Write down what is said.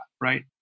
right